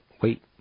wait